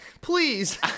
please